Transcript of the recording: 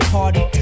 Party